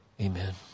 Amen